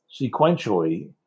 sequentially